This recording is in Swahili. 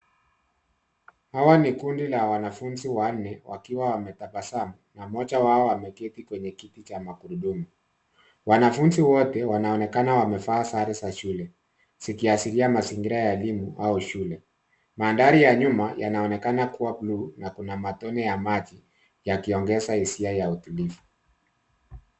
Hawa ni kundi la wanafunzi wanne wakiwa wametabasamu na mmoja wao ameketi kwenye kiti cha magurudumu. Wanafunzi wote wanapnekana wamevaa sare za shule zikiashiria mazingira ya elimu au shule. Mandhari ya nyuma yanaonekana kuwa buluu na kuna matone ya maji yakiongeza hisia ya utulivu.